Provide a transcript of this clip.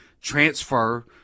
transfer